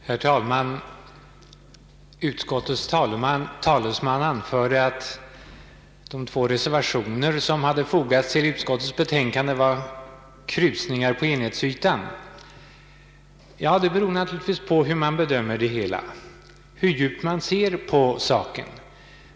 Herr talman! Utskottets talesman anförde att de två reservationer som fogats till utskottets betänkande var krusningar på enighetsytan. Detta beror naturligtvis på hur man bedömer det hela och hur djupt man ser på saken.